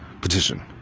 Petition